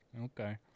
Okay